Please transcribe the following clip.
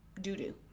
doo-doo